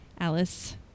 Alice